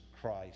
Christ